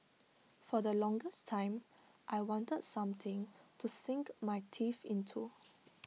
for the longest time I wanted something to sink my teeth into